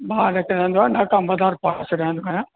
मां हिते रहंदो आहियां नाका मधार पाण सघनि